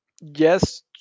Yes